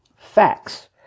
Facts